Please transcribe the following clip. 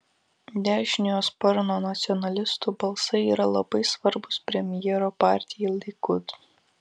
dešiniojo sparno nacionalistų balsai yra labai svarbūs premjero partijai likud